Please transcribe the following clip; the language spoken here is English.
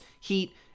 Heat